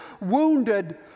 wounded